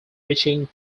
reaching